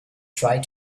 tried